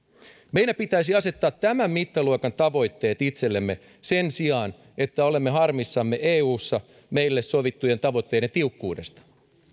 meidän pitäisi asettaa tämän mittaluokan tavoitteet itsellemme sen sijaan että olemme harmissamme eussa meille sovittujen tavoitteiden tiukkuudesta